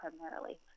primarily